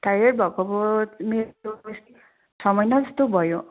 thyroid भएको अब मेरो उएस छ महिना जस्तो भयो